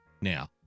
now